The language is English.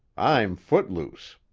i'm foot-loose!